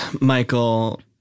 Michael